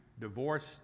divorced